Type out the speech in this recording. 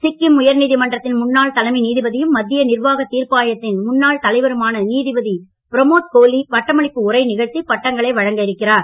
சிக்கிம் உயர் நீதிமன்றத்தின் முன்னாள் தலைமை நீதிபதியும் மத்திய நிர்வாகத் தீர்ப்பாயத்தின் முன்னாள் தலைவருமான நீதிபதி பிரமோத் கோலி பட்டமளிப்பு உரை நிகழ்த்தி பட்டங்களை வழங்க இருக்கிறார்